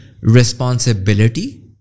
responsibility